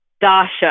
Dasha